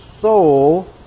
soul